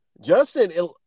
Justin